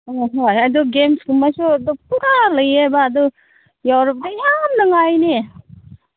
ꯍꯣ ꯍꯣꯏ ꯑꯗꯨ ꯒꯦꯝꯁꯀꯨꯝꯕꯁꯨ ꯄꯨꯔꯥ ꯂꯩꯌꯦꯕ ꯑꯗꯨ ꯌꯥꯎꯕ ꯌꯥꯝꯅ ꯅꯨꯡꯉꯥꯏꯅꯦ